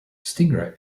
stingray